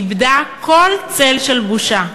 איבדה כל צל של בושה.